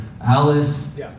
Alice